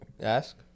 ask